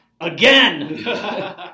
Again